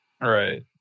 Right